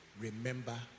remember